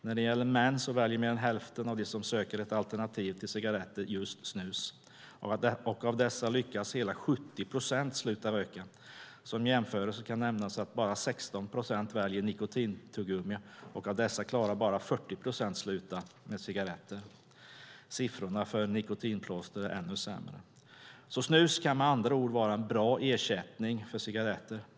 När det gäller män väljer mer än hälften av dem som söker ett alternativ till cigaretter just snus. Av dessa lyckas hela 70 procent sluta röka. Som jämförelse kan nämnas att bara 16 procent väljer nikotintuggummi, och av dessa klarar bara 40 procent att sluta med cigaretter. Siffrorna för nikotinplåster är ännu sämre. Snus kan alltså med andra ord vara en bra ersättning för cigaretter.